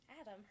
Adam